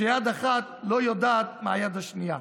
כשיד אחת לא יודעת מהיד השנייה.